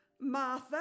Martha